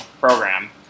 program